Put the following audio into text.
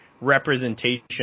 representation